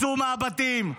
צאו מהבתים.